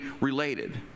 related